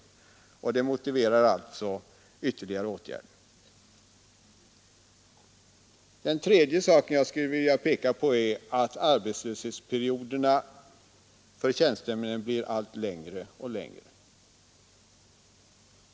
Det motiverar alltså ytterligare åtgärder. Den tredje sak jag skulle vilja peka på är att arbetslöshetsperioderna för tjänstemännen blir allt längre och längre.